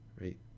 Right